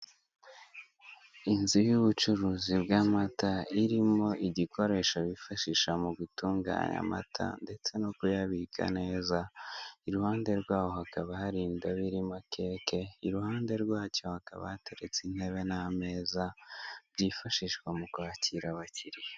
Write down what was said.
Inzu y'ubucuruzi bw'amata irimo igikoresho bifashisha mu gutunganya amata ndetse no kuyabika neza, iruhande rwaho hakaba hari indobo irimo keke, iruhande rwacyo hakaba hateretse intebe n'ameza byifashishwa mu kwakira abakiliya.